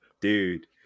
dude